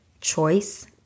choice